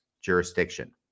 jurisdiction